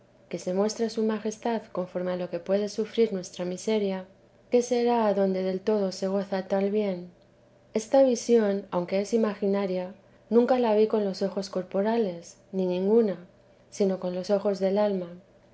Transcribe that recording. que se muestra su majestad conforme a lo que puede sufrir nuestra miseria qué será adonde del todo se goza tal bien esta visión aunque es imaginaria nunca la vi con los ojos corporales ni ninguna sino con los ojos del alma